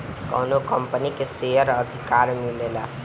कौनो कंपनी के शेयर लेबेनिजा त ओ कंपनी में मतदान करे के भी अधिकार मिलेला